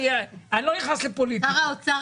אני לא נכנס לפוליטיקה.